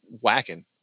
whacking